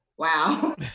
Wow